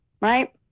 Right